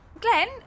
Glenn